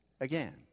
Again